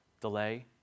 delay